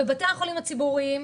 בתי החולים הציבוריים,